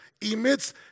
emits